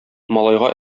малайга